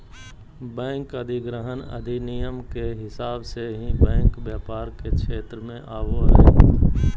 bank अधिग्रहण अधिनियम के हिसाब से ही बैंक व्यापार के क्षेत्र मे आवो हय